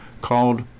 called